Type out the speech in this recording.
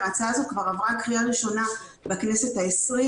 ההצעה הזאת כבר עברה קריאה ראשונה בכנסת העשרים